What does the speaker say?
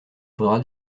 faudra